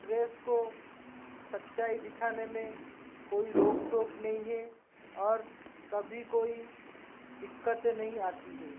press को सच्चाई दिखाने मे कोई रोक टोक नहीं है और कभी कोई दिक्कतें नहीं आती हैं